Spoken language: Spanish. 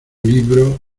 libro